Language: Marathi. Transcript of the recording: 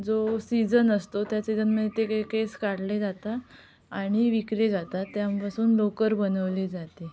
जो सीजन असतो त्या सिजनमध्ये ते के केस काढले जातात आणि विकले जातात त्यांपासून लोकर बनवली जाते